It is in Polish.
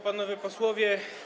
Panowie Posłowie!